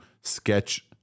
sketch